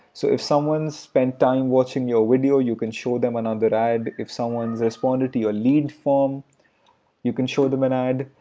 so if someone spent time watching your video you can show them another ad. if someone's responded to your lead form you can show them an ad.